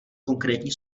konkrétní